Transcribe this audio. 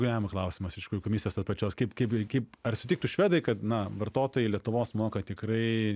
kuriam klausimas aišku komisijos apačios kaip kaip ir kaip ar sutiktų švedai kad na vartotojai lietuvos moka tikrai